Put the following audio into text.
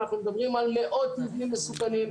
אנחנו מדברים על מאות מבנים מסוכנים.